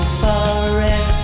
forever